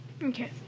Okay